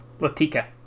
Latika